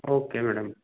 okay madam